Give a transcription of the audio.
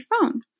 phone